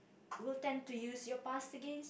will tend to use your past against